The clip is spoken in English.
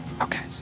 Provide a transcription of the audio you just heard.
okay